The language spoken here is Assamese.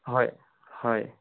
হয় হয়